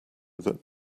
that